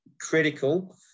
critical